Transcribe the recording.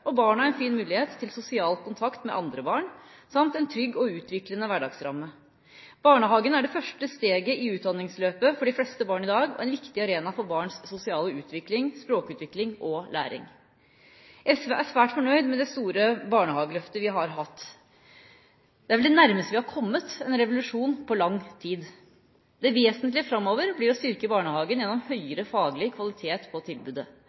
og barna har fått en fin mulighet til sosial kontakt med andre barn samt en trygg og utviklende hverdagsramme. Barnehagen er det første steget i utdanningsløpet for de fleste barn i dag og en viktig arena for barns sosiale utvikling, språkutvikling og læring. SV er svært fornøyd med det store barnehageløftet vi har hatt. Det er vel det nærmeste vi har kommet en revolusjon på lang tid. Det vesentlige framover blir å styrke barnehagen gjennom høyere faglig kvalitet på tilbudet.